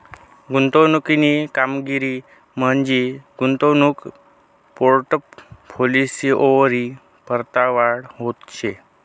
गुंतवणूकनी कामगिरी म्हंजी गुंतवणूक पोर्टफोलिओवरी परतावा शे